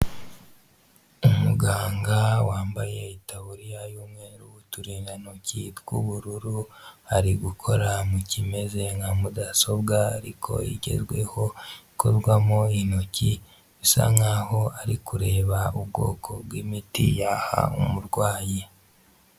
Umuganga wambaye itaburiya y'umweru, uturindantoki tw'ubururu ari gukora mu kimeze nka mudasobwa ariko igezweho, ikorwamo intoki bisa nkaho ari kureba ubwoko bw'imiti yaha umurwayi.